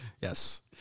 Yes